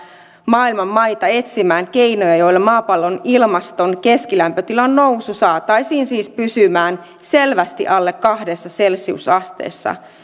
maailman maita etsimään keinoja joilla maapallon ilmaston keskilämpötilan nousu saataisiin siis pysymään selvästi alle kahdessa celsiusasteessa